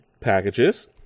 packages